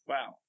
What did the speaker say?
Wow